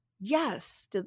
yes